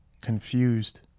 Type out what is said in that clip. confused